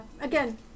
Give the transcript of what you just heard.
Again